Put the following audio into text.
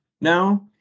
now